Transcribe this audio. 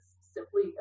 simply